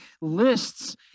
lists